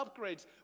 upgrades